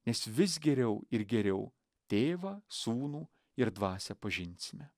nes vis geriau ir geriau tėvą sūnų ir dvasią pažinsime